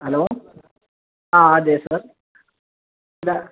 hello ആ അതെ sir എന്താണ്